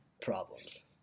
problems